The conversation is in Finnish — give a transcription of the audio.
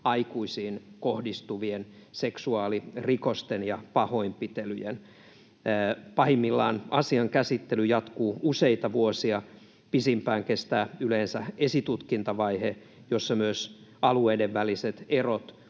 aikuisiin kohdistuvien seksuaalirikosten ja pahoinpitelyjen. Pahimmillaan asian käsittely jatkuu useita vuosia. Pisimpään kestää yleensä esitutkintavaihe, jossa myös alueiden väliset erot